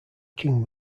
king